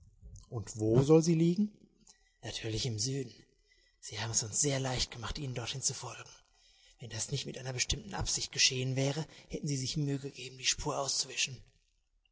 und wo soll sie liegen natürlich dort im süden sie haben es uns sehr leicht gemacht ihnen dorthin zu folgen wenn das nicht mit einer bestimmten absicht geschehen wäre hätten sie sich mühe gegeben die spur auszuwischen